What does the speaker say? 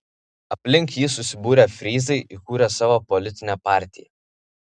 aplink jį susibūrę fryzai įkūrė savo politinę partiją